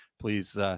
please